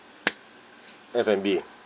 F&B